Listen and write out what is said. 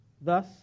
Thus